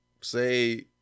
say